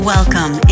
Welcome